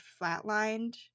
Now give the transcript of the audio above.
flatlined